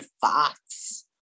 fox